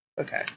okay